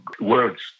words